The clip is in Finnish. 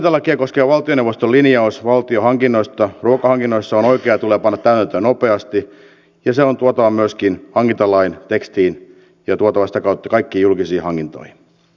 hankintalakia koskeva valtioneuvoston linjaus valtion hankinnoista ruokahankinnoissa on oikea ja tulee panna täytäntöön nopeasti ja se on tuotava myöskin hankintalain tekstiin ja tuotava sitä kautta kaikkiin julkisiin hankintoihin